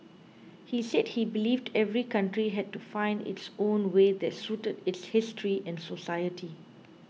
he said he believed every country had to find its own way that suited its history and society